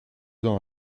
ans